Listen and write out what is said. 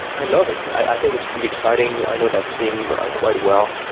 i love it. i think it's really exciting. i know that team quite well.